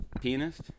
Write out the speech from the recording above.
Pianist